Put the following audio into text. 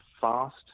fast